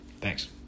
Thanks